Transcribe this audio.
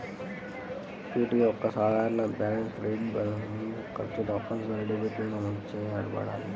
equity యొక్క సాధారణ balance credit balance, ఖర్చు తప్పనిసరిగా డెబిట్గా నమోదు చేయబడాలి